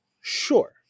Sure